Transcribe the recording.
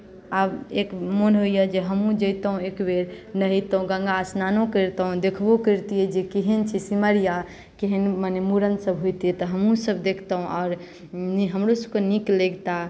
आब एक मोन होइए जे हमहूँ जइतहुँ एक बेर नहैतहुँ गङ्गा स्नानो करितहुँ देखबो करितियै जे केहन छै सिमरिया केहन मने मूड़नसभ होइतै तऽ हमहूँसभ देखितहुँ आओर हमरोसभकेँ नीक लगिते